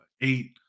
eight